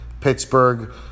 pittsburgh